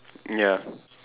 ya